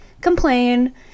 complain